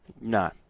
No